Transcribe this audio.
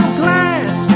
glass